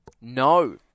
No